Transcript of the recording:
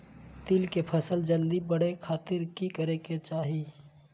तिल के फसल जल्दी बड़े खातिर की करे के चाही?